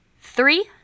three